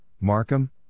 Markham